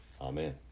Amen